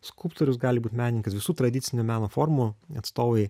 skulptorius gali būt menininkas visų tradicinių meno formų atstovai